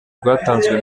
rwatanzwe